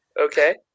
okay